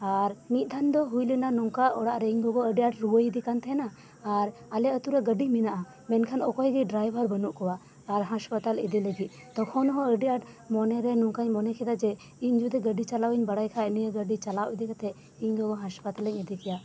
ᱟᱨ ᱢᱤᱫ ᱫᱷᱟᱢ ᱫᱚ ᱦᱩᱭᱞᱮᱱᱟ ᱱᱚᱝᱠᱟ ᱚᱲᱟᱜ ᱨᱮ ᱤᱧᱜᱚᱜᱚ ᱟᱹᱰᱤ ᱟᱴ ᱨᱩᱣᱟᱹᱭᱤᱫᱤ ᱠᱟᱱᱛᱟᱦᱮᱱᱟ ᱟᱨ ᱟᱞᱮ ᱟᱛᱩᱨᱮ ᱜᱟᱹᱰᱤ ᱢᱮᱱᱟᱜᱼᱟ ᱢᱮᱱᱠᱷᱟᱱ ᱚᱠᱚᱭᱜᱤ ᱰᱨᱟᱭᱵᱷᱟᱨ ᱵᱟᱹᱱᱩᱜ ᱠᱚᱣᱟ ᱟᱨ ᱦᱟᱸᱥᱯᱟᱛᱟᱞ ᱤᱫᱤ ᱞᱟᱹᱜᱤᱫ ᱛᱚᱠᱷᱚᱱᱦᱚᱸ ᱟᱹᱰᱤ ᱟᱴ ᱢᱚᱱᱮ ᱨᱮ ᱱᱚᱠᱟᱧ ᱢᱚᱱᱮ ᱠᱮᱫᱟᱡᱮ ᱤᱧ ᱡᱩᱫᱤ ᱜᱟᱹᱰᱤ ᱪᱟᱞᱟᱣᱤᱧ ᱵᱟᱲᱟᱭ ᱠᱷᱟᱡ ᱱᱤᱭᱟᱹᱜᱟᱹᱰᱤ ᱪᱟᱞᱟᱣ ᱤᱫᱤ ᱠᱟᱛᱮᱜ ᱤᱧ ᱜᱚᱜᱚ ᱦᱟᱸᱥᱯᱟᱛᱟᱞᱤᱧ ᱤᱫᱤᱠᱮᱭᱟ